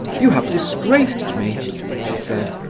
you have disgraced me she said.